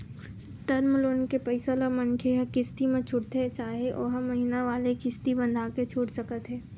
term loan के पइसा ल मनखे ह किस्ती म छूटथे चाहे ओहा महिना वाले किस्ती बंधाके छूट सकत हे